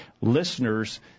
listeners